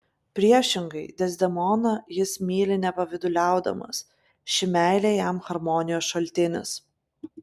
priešingai dezdemoną jis myli nepavyduliaudamas ši meilė jam harmonijos šaltinis